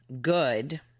good